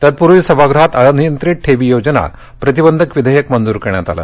तत्पूर्वी सभागृहात अनियंत्रित ठेवी योजना प्रतिबंधक विधेयक मंजूर करण्यात आलं